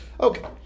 okay